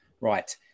right